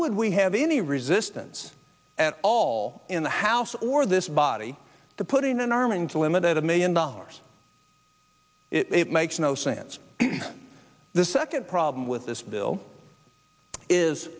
would we have any resistance at all in the house or this body to put in an arm and to limit it a million dollars it makes no sense the second problem with this bill is